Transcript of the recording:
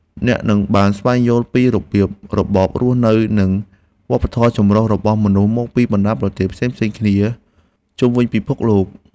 អ្នកនឹងបានស្វែងយល់ពីរបៀបរបបរស់នៅនិងវប្បធម៌ចម្រុះរបស់មនុស្សមកពីបណ្តាប្រទេសផ្សេងៗគ្នាជុំវិញពិភពលោក។